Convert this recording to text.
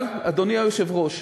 אבל, אדוני היושב-ראש,